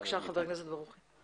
בבקשה, חבר הכנסת ברוכי.